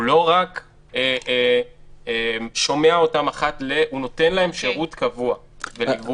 הוא לא רק שומע אותם אחת לכמה זמן אלא הוא נותן להם שירות קבוע וליווי,